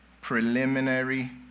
preliminary